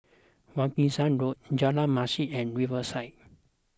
Wilkinson Road Jalan Masjid and Riverside